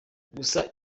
gusa